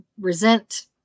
resent